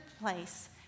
place